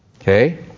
Okay